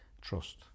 trust